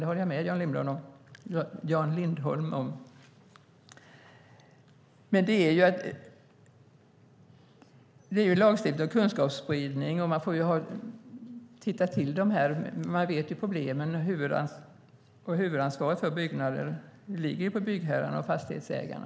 Det håller jag med Jan Lindholm om. Det handlar om lagstiftning och kunskapsspridning. Man känner ju till problemen. Huvudansvaret för byggnader ligger ju på byggherrarna och fastighetsägarna.